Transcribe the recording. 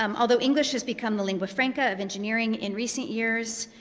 um although english has become the lingua franca of engineering in recent years,